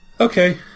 Okay